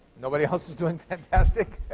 nobody else is doing fantastic?